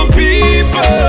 people